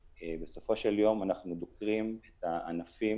בסופו של יום אנחנו בוחרים את הענפים